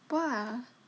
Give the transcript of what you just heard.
!wah!